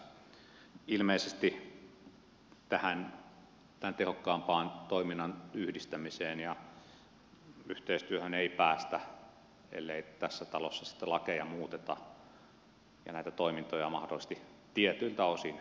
ilmeisesti tämän tehokkaampaan toiminnan yhdistämiseen ja yhteistyöhön ei päästä ellei tässä talossa sitten lakeja muuteta ja näitä toimintoja mahdollisesti tietyiltä osin yhdistetä